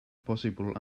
possible